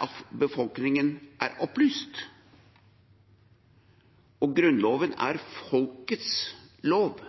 at befolkningen er opplyst, og Grunnloven er folkets lov.